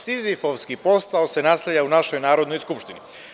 Sizifovski posao se nastavlja u našoj Narodnoj skupštini.